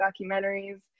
documentaries